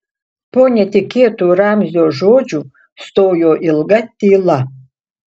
po netikėtų ramzio žodžių stojo ilga tyla